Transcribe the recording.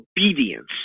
obedience